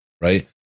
right